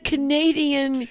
Canadian